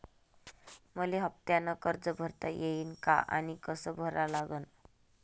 मले हफ्त्यानं कर्ज भरता येईन का आनी कस भरा लागन?